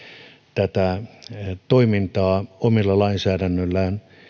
tätä toimintaa omalla lainsäädännöllään